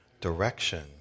direction